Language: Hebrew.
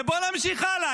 ובואו נמשיך הלאה.